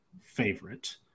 favorite